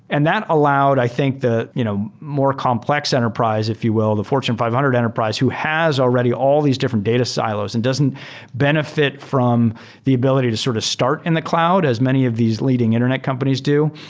and that allowed i think the you know more complex enterprise, if you will, the fortune five hundred enterprise who has already all these different data silos and doesn't benefit from the ability to sort of start in the cloud as many of these leading internet companies do.